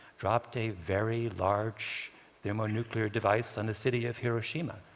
dropped a very large thermonuclear device on the city of hiroshima.